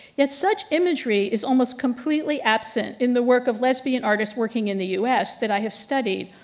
yet such imagery is almost completely absent in the work of lesbian artists working in the u s, that i have studied,